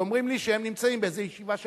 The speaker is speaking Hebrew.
ואומרים לי שהם נמצאים באיזה ישיבה של